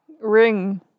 ring